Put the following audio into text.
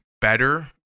better